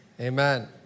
Amen